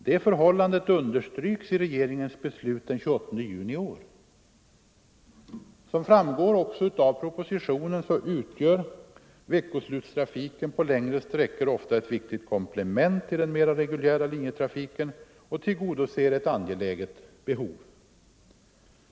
Det förhållandet understryks i regeringens beslut av den 28 juni i år. Såsom också framgår av propositionen utgör veckoslutstrafiken på längre sträckor ofta ett viktigt komplement till den mera reguljära linjetrafiken och tillgodoser ett angeläget behov.